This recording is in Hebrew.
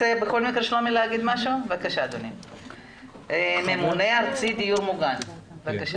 שלומי, ממונה ארצי דיור מוגן, בבקשה.